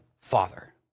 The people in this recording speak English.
Father